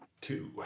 Two